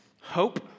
Hope